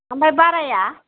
आमफाय बाराइआ